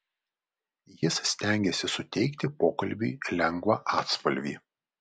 jis stengėsi suteikti pokalbiui lengvą atspalvį